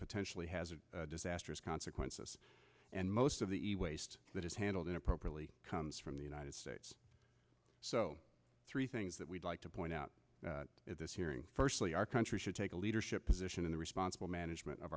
potentially has a disastrous consequences and most of the waste that is handled appropriately comes from the united states so three things that we'd like to point out at this hearing firstly our country should take a leadership position in the responsible management of